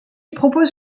propose